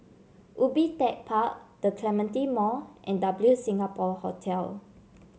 Ubi Tech Park The Clementi Mall and W Singapore Hotel